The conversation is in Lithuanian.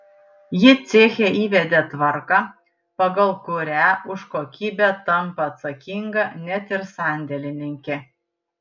ji ceche įvedė tvarką pagal kurią už kokybę tampa atsakinga net ir sandėlininkė